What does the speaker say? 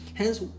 Hence